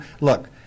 Look